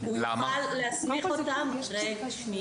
הוא יוכל להסמיך אותם --- למה?